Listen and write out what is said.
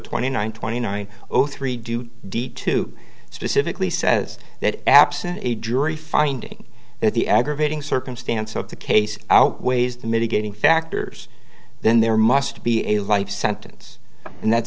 twenty nine twenty nine zero three do d two specifically says that absent a jury finding that the aggravating circumstance of the case outweighs the mitigating factors then there must be a life sentence and that's